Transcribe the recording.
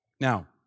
Now